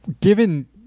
given